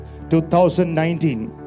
2019